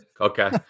okay